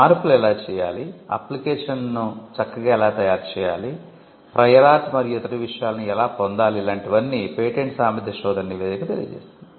మార్పులు ఎలా చేయాలి అప్లికేషన్ను చక్కగా ఎలా తయారు చేయాలి ప్రయర్ ఆర్ట్ మరియు ఇతర విషయాలను ఎలా పొందాలి లాంటి వన్నీ పేటెంట్ సామర్థ్య శోధన నివేదిక తెలియచేస్తుంది